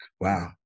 Wow